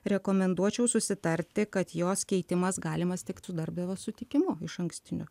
rekomenduočiau susitarti kad jos keitimas galimas tik su darbdavio sutikimu išankstiniu